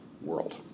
world